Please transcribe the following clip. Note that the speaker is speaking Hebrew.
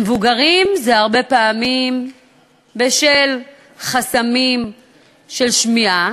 למבוגרים זה הרבה פעמים בשל חסמים של שמיעה,